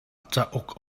cauk